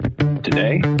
Today